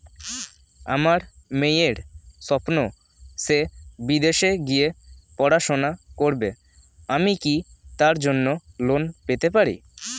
আমার মেয়ের স্বপ্ন সে বিদেশে গিয়ে পড়াশোনা করবে আমি কি তার জন্য লোন পেতে পারি?